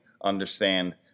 understand